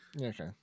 Okay